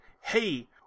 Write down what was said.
hey